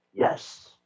Yes